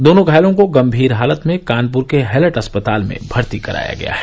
दोनों घायलों को गंभीर हालत में कानपुर के हैलट अस्पताल में भर्ती कराया गया है